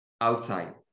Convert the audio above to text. outside